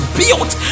built